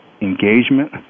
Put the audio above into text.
engagement